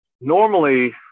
Normally